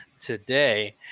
today